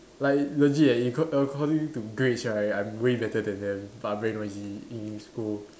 like legit eh you accord~ according to grades right I'm way better than them but I very noisy in school